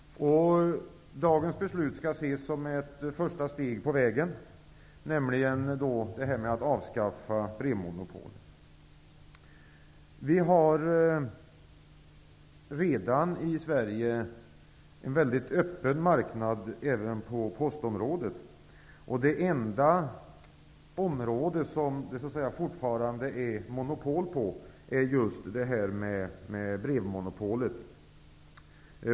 Dagens beslut skall ses som ett första steg på vägen, nämligen avskaffande av det s.k. brevmonopolet. Vi har redan i Sverige en väldigt öppen marknad inom postområdet. Det enda avsnitt där det fortfarande finns ett monopol är just för s.k. normalbrev.